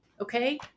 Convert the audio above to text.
okay